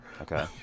Okay